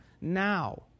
now